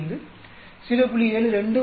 5 0